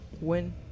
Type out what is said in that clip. win